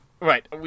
Right